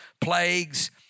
plagues